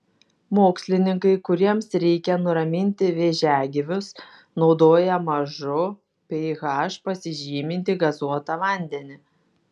mokslininkai kuriems reikia nuraminti vėžiagyvius naudoja mažu ph pasižymintį gazuotą vandenį